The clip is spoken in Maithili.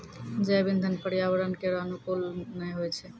जैव इंधन पर्यावरण केरो अनुकूल नै होय छै